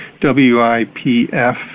W-I-P-F